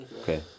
Okay